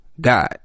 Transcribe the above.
God